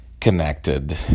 connected